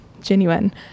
genuine